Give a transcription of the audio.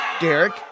Derek